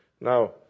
Now